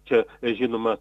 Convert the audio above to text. čia žinomas